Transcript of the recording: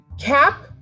cap